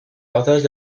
partage